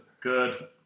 Good